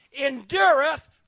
endureth